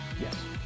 Yes